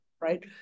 Right